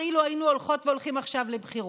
אילו היינו הולכות והולכים עכשיו לבחירות.